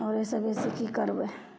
आओर एहिसे बेसी कि करबै